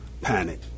panic